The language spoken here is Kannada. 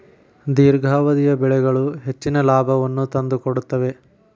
ದೇರ್ಘಾವಧಿಯ ಬೆಳೆಗಳು ಹೆಚ್ಚಿನ ಲಾಭವನ್ನು ತಂದುಕೊಡುತ್ತವೆ